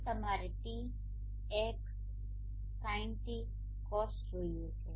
અને તમારે τ x sinτ cosτ જોઈએ છે